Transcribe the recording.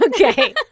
Okay